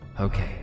Okay